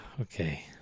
Okay